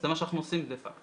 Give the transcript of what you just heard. זה מה שאנחנו עושים דה פאקטו.